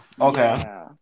Okay